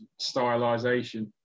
stylization